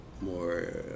more